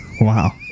wow